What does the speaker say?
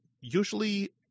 usually